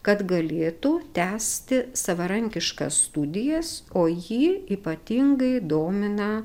kad galėtų tęsti savarankiškas studijas o jį ypatingai domina